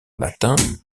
latins